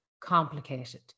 complicated